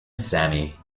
sammy